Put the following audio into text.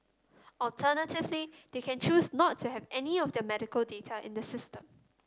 alternatively they can choose not to have any of their medical data in the system